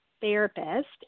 therapist